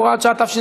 הוראת שעה),